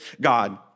God